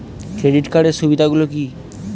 Credit কার্ডের সুবিধা গুলো কি?